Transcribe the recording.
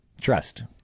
trust